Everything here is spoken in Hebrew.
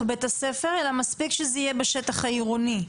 בית-הספר אלא מספיק שזה יהיה בשטח עירוני?